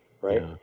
right